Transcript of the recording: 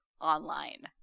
online